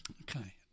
Okay